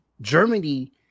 Germany